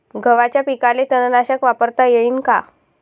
गव्हाच्या पिकाले तननाशक वापरता येईन का?